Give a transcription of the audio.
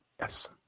Yes